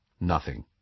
Nothing